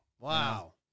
Wow